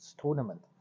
tournament